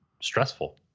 stressful